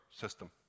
system